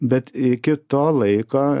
bet iki to laiko